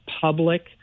public